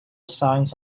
signs